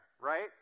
right